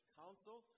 council